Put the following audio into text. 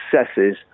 successes